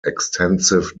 extensive